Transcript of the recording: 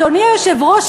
אדוני היושב-ראש,